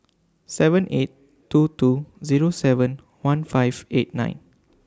seven eight two two Zero seven one five eight nine